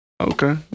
Okay